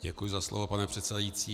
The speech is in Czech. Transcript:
Děkuji za slovo, pane předsedající.